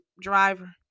driver